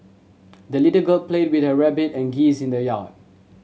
the little girl played with her rabbit and geese in the yard